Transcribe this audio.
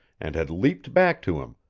and had leaped back to him,